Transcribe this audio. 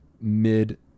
mid